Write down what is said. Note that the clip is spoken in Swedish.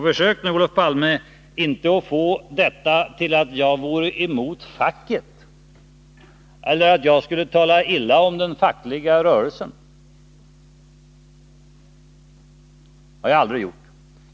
Försök nu inte, Olof Palme, att få detta till att jag är emot facket eller att jag skulle tala illa om den fackliga rörelsen. Det har jag aldrig gjort.